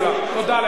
תודה לך.